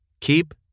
Keep